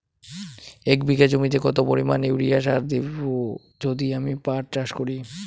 এক বিঘা জমিতে কত পরিমান ইউরিয়া সার দেব যদি আমি পাট চাষ করি?